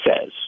says